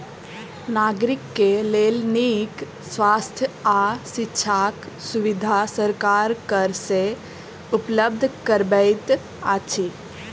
नागरिक के लेल नीक स्वास्थ्य आ शिक्षाक सुविधा सरकार कर से उपलब्ध करबैत अछि